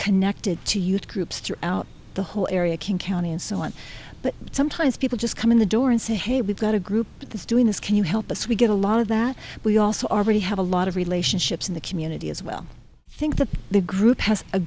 connected to youth groups throughout the whole area king county and so on but sometimes people just come in the door and say hey we've got a group that's doing this can you help us we get a lot of that we also already have a lot of relationships in the community as well i think that the group has a